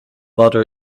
butter